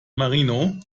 marino